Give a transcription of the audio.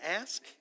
ask